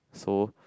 so